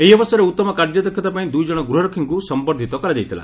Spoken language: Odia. ଏହି ଅବସରରେ ଉତ୍ତମ କାର୍ଯ୍ୟଦକ୍ଷତା ପାଇଁ ଦୁଇ ଜଣ ଗୃହରକ୍ଷୀଙ୍କୁ ସମର୍ବ୍ଧିତ କରାଯାଇଥିଲା